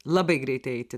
labai greitai eiti